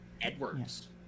Edwards